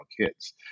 kids